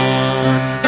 one